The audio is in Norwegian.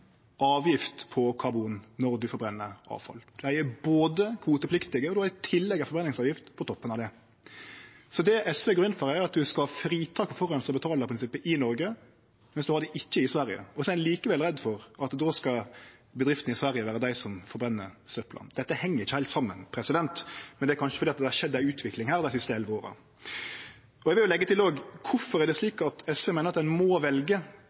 forbrenningsavgift på toppen av det. Det SV går inn for her, er at ein skal ha fritak for forureinar betalar-prinsippet i Noreg, mens ein ikkje har det i Sverige. Og så er ein likevel redd for at då skal bedriftene i Sverige vere dei som forbrenner søpla. Dette heng ikkje heilt saman. Men det er kanskje fordi det har skjedd ei utvikling her dei siste elleve åra. Eg vil òg leggje til: Kvifor er det slik at SV meiner ein må velje